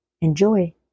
enjoy